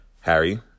Harry